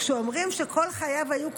כשאומרים שכל חייו היו קודש,